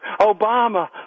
Obama